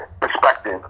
perspective